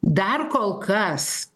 dar kol kas